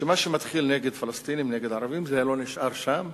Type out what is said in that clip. שמה שמתחיל נגד פלסטינים, נגד ערבים, לא נשאר שם,